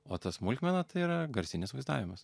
o ta smulkmena tai yra garsinis vaizdavimas